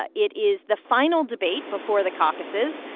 ah it is the final debate before the caucuses,